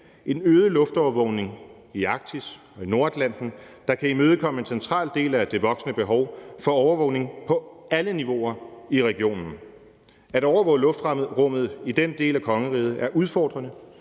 en øget luftovervågning i Arktis og Nordatlanten, der kan imødekomme en central del af det voksende behov for overvågning på alle niveauer i regionen. At overvåge luftrummet i den del af kongeriget er udfordrende